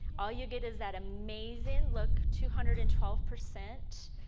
all you get is that amazing look two hundred and twelve percent